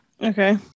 okay